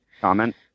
Comment